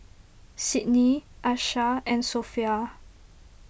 Sidney Asha and Sophia